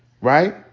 Right